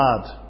bad